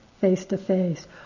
face-to-face